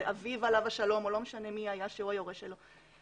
זה אביו עליו השלום או לא משנה מי היה שהוא היורש שלו.